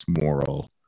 moral